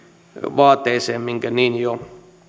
vaateeseen minkä valiokunta niin